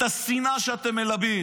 את השנאה שאתם מלבים,